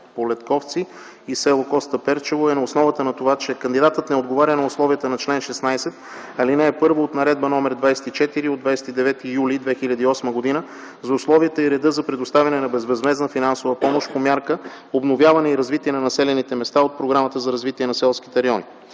Полетковци и Костаперчево” е на основата на това, че кандидатът не отговаря на условията на чл. 16, ал. 1 от Наредба № 24 от 29 юли 2008 г. за условията и реда за предоставяне на безвъзмездна финансова помощ по мярка „Обновяване и развитие на населените места” от Програмата за развитие на селските райони,